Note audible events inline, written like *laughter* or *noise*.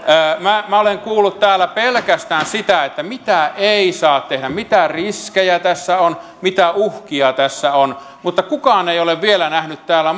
minä minä olen kuullut täällä pelkästään sitä että mitä ei saa tehdä mitä riskejä tässä on mitä uhkia tässä on mutta kukaan ei ole vielä nähnyt täällä *unintelligible*